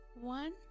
one